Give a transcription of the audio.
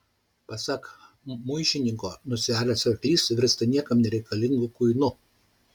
pasak muižiniko nusiaręs arklys virsta niekam nereikalingu kuinu